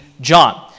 John